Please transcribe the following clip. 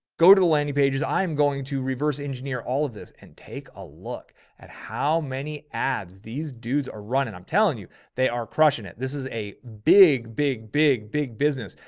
go to landing pages. i'm going to reverse engineer all of this and take a look at how many ads these dudes are running. i'm telling you they are crushing it. this is a big, big, big, big business.